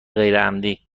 غیرعمدی